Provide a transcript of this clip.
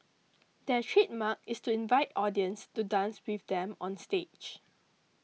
their trademark is to invite audience to dance with them onstage